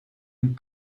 and